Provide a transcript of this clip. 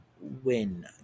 win